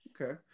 Okay